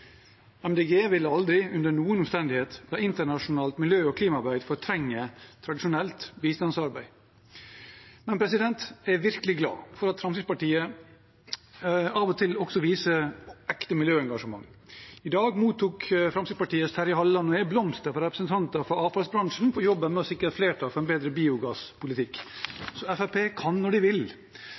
vil aldri under noen omstendighet la internasjonalt miljø- og klimaarbeid fortrenge tradisjonelt bistandsarbeid. Jeg er virkelig glad for at Fremskrittspartiet av og til også viser ekte miljøengasjement. I dag mottok Fremskrittspartiets Terje Halleland blomster fra representanter for avfallsbransjen for jobben med å sikre et flertall for en bedre biogasspolitikk. Fremskrittspartiet kan når de vil!